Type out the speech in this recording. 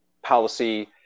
policy